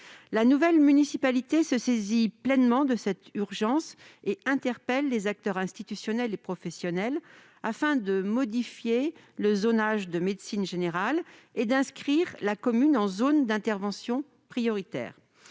La nouvelle municipalité se saisit pleinement de cette urgence et interpelle les acteurs institutionnels et professionnels, afin de modifier le zonage de médecine générale et d'inscrire la commune en zone d'intervention prioritaire